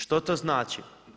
Što to znači?